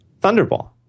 Thunderball